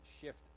shift